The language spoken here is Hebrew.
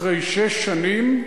אחרי שש שנים,